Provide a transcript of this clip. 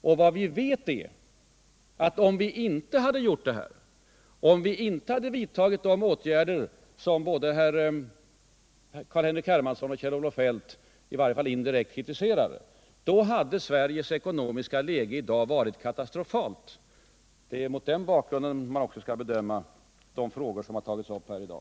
Och vad vi vet är att, om vi inte hade vidtagit de åtgärder som både Carl-Henrik Hermansson och Kjell-Olof Feldt i varje fall indirekt kritiserade, hade Sveriges ekonomiska läge i dag varit katastrofalt. Det är också mot den bakgrunden man skall bedöma de frågor som tagits upp här i dag.